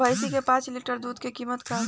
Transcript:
भईस के पांच लीटर दुध के कीमत का बा?